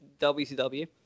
WCW